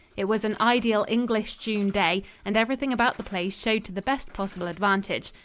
it was an ideal english june day, and everything about the place showed to the best possible advantage.